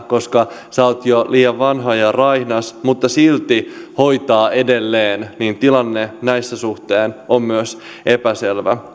koska hoitaja on jo liian vanha ja raihnas mutta silti hoitaa edelleen tilanne näiden suhteen on myös epäselvä